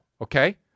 okay